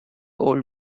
old